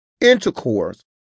intercourse